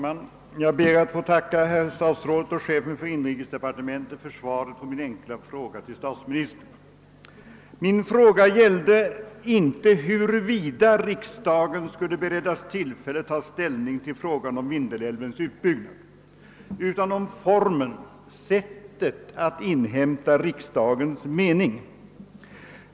Herr talman! Jag ber att få tacka statsrådet och chefen för industridepartementet för svaret på min enkla fråga till statsministern. Min fråga gällde inte huruvida riksdagen skulle beredas tillfälle att ta ställning till frågan om Vindelälvens utbyggnad, utan formen, sättet att inhämta riksdagens mening.